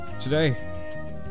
Today